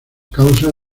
causa